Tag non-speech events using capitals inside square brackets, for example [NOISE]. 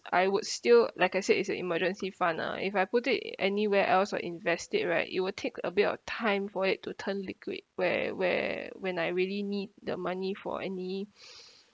I would still like I said it's a emergency fund lah if I put it anywhere else or invest it right it will take a bit of time for it to turn liquid where where when I really need the money for any [BREATH]